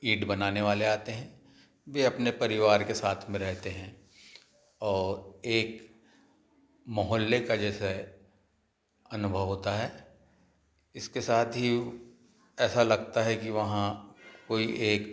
ईंट बनाने वाले आते है वे अपने परिवार के साथ में रहते है और एक मोहल्ले का जैसा अनुभव होता है इसके साथ ही ऐसा लगता है कि वहाँ कोई एक